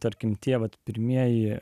tarkim tėvas pirmieji